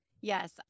Yes